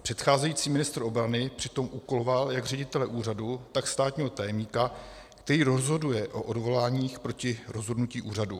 Předcházející ministr obrany přitom úkoloval jak ředitele úřadu, tak státního tajemníka, který rozhoduje o odvoláních proti rozhodnutí úřadu.